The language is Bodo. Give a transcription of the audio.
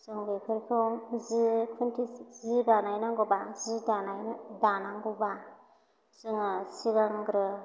जों बेफोरखौ जि खुन्थि जि दानाय नांगौबा जि दानाय दानांगौबा जोङो सिगांग्रो